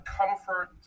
comfort